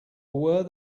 were